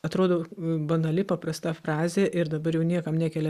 atrodo banali paprasta frazė ir dabar jau niekam nekelia